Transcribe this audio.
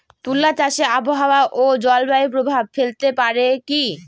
তুলা চাষে আবহাওয়া ও জলবায়ু প্রভাব ফেলতে পারে কি?